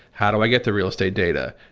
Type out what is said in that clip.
how do i get the real estate data?